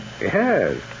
Yes